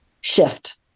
shift